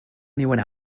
anyone